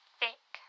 thick